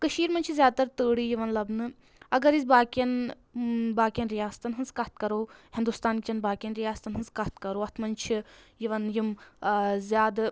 کٔشیٖر منٛز چھِ زیادٕ تر تٲرے یِوان لَبنہٕ اگر أسۍ باقیَن باقیَن رِیاستَن ہٕنٛز کتھ کرو ہِندُستان چؠن باقیَن رِیاستَن ہٕنٛز کتھ کرو اَتھ منٛز چھِ یِوان یِم زیادٕ